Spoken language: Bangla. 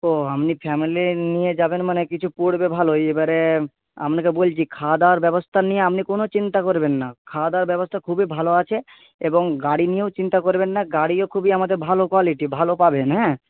ও আপনি ফ্যামিলি নিয়ে যাবেন মানে কিছু পড়বে ভালোই এবারে আপনাকে বলছি খাওয়া দাওয়ার ব্যবস্থা নিয়ে আপনি কোনো চিন্তা করবেন না খাওয়া দাওয়ার ব্যবস্থা খুবই ভালো আছে এবং গাড়ি নিয়েও চিন্তা করবেন না গাড়িও খুবই আমাদের ভালো কোয়ালিটি ভালো পাবেন হ্যাঁ